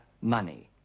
money